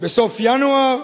בסוף ינואר.